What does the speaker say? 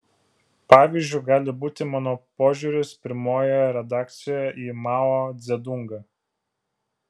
pavyzdžiu gali būti mano požiūris pirmojoje redakcijoje į mao dzedungą